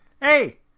Hey